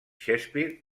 shakespeare